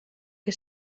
que